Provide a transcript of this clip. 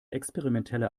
experimentelle